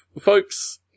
folks